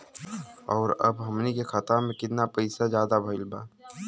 और अब हमनी के खतावा में कितना पैसा ज्यादा भईल बा?